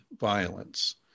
violence